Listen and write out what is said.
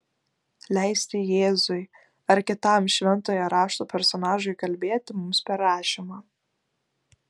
leisti jėzui ar kitam šventojo rašto personažui kalbėti mums per rašymą